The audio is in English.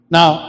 Now